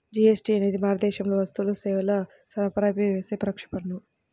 GST అనేది భారతదేశంలో వస్తువులు, సేవల సరఫరాపై యేసే పరోక్ష పన్ను